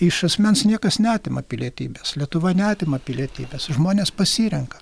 iš asmens niekas neatima pilietybės lietuva neatima pilietybės žmonės pasirenka